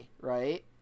Right